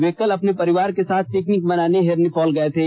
वे कल अपने परिवार के साथ पिकनिक मनाने हिरनी फॉल गए थे